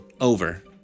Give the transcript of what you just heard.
Over